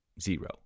zero